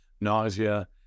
nausea